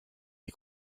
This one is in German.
die